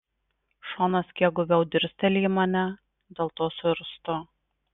šonas kiek guviau dirsteli į mane dėl to suirztu